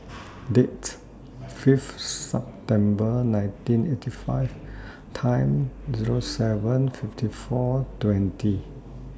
Date Fifth September nineteen eighty five Time Zero seven fifty four twenty